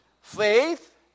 Faith